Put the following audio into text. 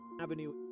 Avenue